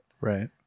Right